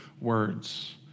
words